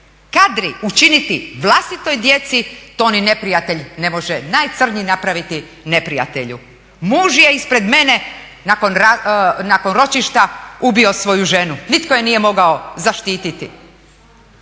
kadri učiniti vlastitoj djeci, to ni neprijatelj ne može najcrnji napraviti neprijatelju. Muž je ispred mene nakon ročišta ubio svoju ženu. Nitko je nije mogao zaštititi,